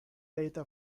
data